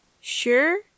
Sure